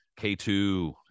K2